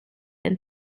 and